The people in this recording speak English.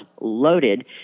loaded